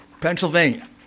Pennsylvania